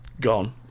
gone